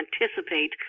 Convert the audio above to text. anticipate